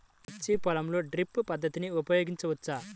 మిర్చి పొలంలో డ్రిప్ పద్ధతిని ఉపయోగించవచ్చా?